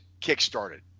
kick-started